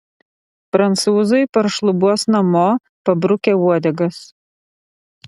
prancūzai paršlubuos namo pabrukę uodegas